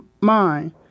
mind